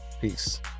Peace